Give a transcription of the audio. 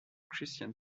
christian